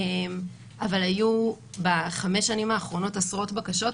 אבל היו ב-5 השנים האחרונות עשרות בקשות,